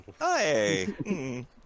Hey